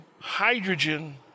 hydrogen